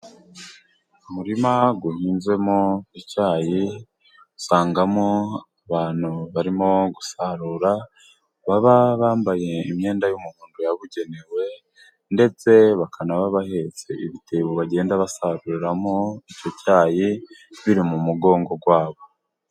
Umurima uhinzemo icyayi usangamo abantu barimo gusarura baba bambaye imyenda y'umuhondo yabugenewe, ndetse bakaba bahetse ibitebo bagenda basaruriramo icyo cyayi biri mu mugongo wabo.